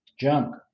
Junk